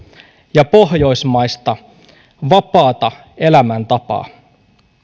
ja pohjoismaista vapaata elämäntapaa